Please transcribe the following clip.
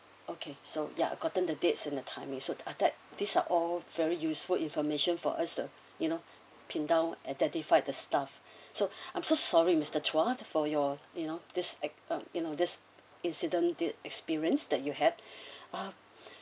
okay so ya I've gotten the dates and the timing so ah that these are all very useful information for us to you know pin down identified the staff so I'm so sorry mister chua for your you know this you know this incident this experience that you had um